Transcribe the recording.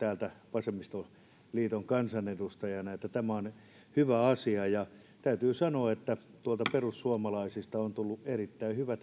vasemmistoliiton kansanedustajana tämä on hyvä asia täytyy sanoa että perussuomalaisista on tullut tämä erittäin hyvä